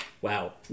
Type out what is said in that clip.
Wow